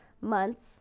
months